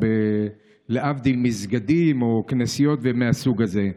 או להבדיל מסגדים וכנסיות מהסוג הזה.